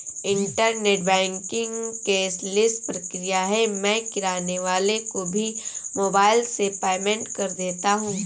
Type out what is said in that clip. internet banking cashless प्रक्रिया है मैं किराने वाले को भी मोबाइल से पेमेंट कर देता हूँ